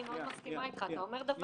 בתור הבא אני אבקש שהוא יחזור